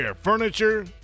furniture